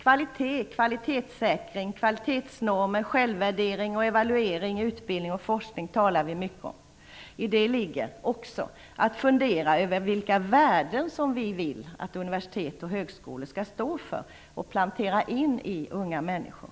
Kvalitet, kvalitetssäkring, kvalitetsnormer, självvärdering och evaluering i utbildning och forskning talas det mycket om. I detta ingår också att fundera över vilka värden som vi vill att universitet och högskolor skall stå för och plantera in i unga människor.